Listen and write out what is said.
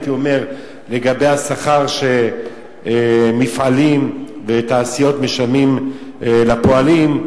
לגבי השכר שמפעלים ותעשיות משלמים לפועלים.